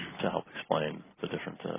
to help explain the different